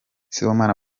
sibomana